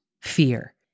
fear